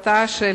תע"ש,